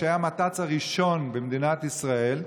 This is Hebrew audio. כשהיה המת"צ הראשון במדינת ישראל,